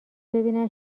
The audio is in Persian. ببینم